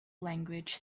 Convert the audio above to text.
language